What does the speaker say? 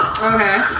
Okay